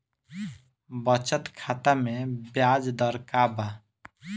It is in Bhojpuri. बचत खाता मे ब्याज दर का बा?